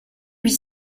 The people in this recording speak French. huit